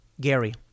Gary